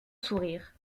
sourire